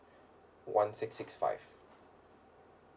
one six six five